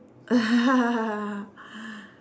ya